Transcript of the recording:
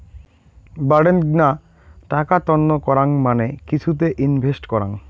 বাডেনগ্না টাকা তন্ন করাং মানে কিছুতে ইনভেস্ট করাং